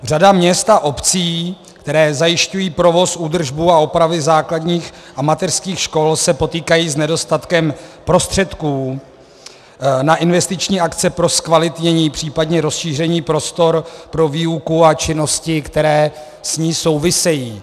Řada měst a obcí, které zajišťují provoz, údržbu a opravy základních a mateřských škol, se potýká s nedostatkem prostředků na investiční akce pro zkvalitnění, případně rozšíření prostor pro výuku a činnosti, které s ní souvisejí.